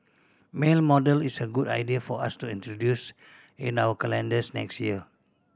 male model is a good idea for us to introduce in our calendars next year